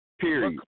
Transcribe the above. Period